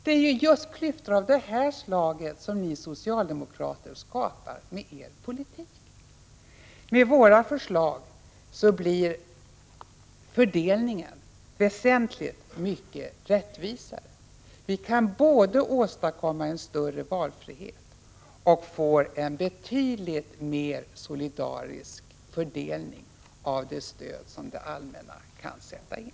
Det är just klyftor av detta slag som ni socialdemokrater skapar med er politik. Med våra förslag blir fördelningen väsentligt mycket rättvisare. Vi kan både åstadkomma en större valfrihet och få en betydligt mer solidarisk fördelning av det stöd som det allmänna kan sätta in.